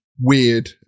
weird